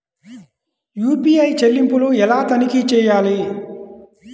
UPI చెల్లింపులు ఎలా తనిఖీ చేయాలి?